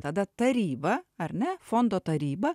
tada taryba ar ne fondo taryba